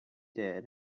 did